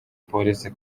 polisi